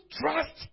trust